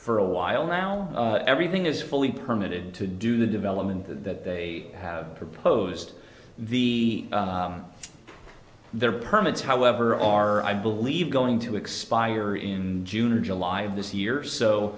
for a while now everything is fully permitted to do the development that they have proposed the their permits however are i believe going to expire in june or july of this year so